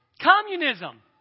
Communism